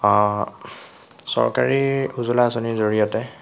অ চৰকাৰী উজ্বলা আঁচনিৰ জৰিয়তে